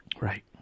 Right